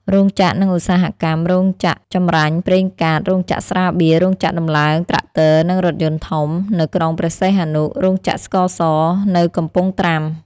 រោងចក្រ និងឧស្សាហកម្ម រោងចក្រចម្រាញ់ប្រេងកាត, រោងចក្រស្រាបៀរ, រោងចក្រដំឡើងត្រាក់ទ័រនិងរថយន្តធំ នៅក្រុងព្រះសីហនុ, រោងចក្រស្ករស នៅកំពង់ត្រាំ។